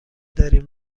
داریم